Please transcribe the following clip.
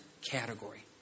category